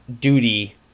duty